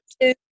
two